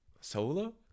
Solo